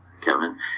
Kevin